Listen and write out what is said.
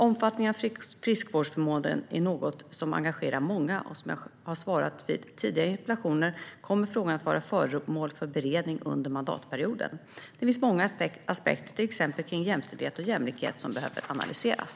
Omfattningen av friskvårdsförmånen är något som engagerar många, och som jag har svarat vid tidigare interpellationsdebatter kommer frågan att vara föremål för beredning under mandatperioden. Det finns många aspekter, till exempel kring jämställdhet och jämlikhet, som behöver analyseras.